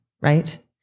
right